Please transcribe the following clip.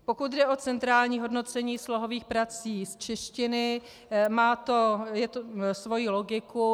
Pokud jde o centrální hodnocení slohových prací z češtiny, má to svoji logiku.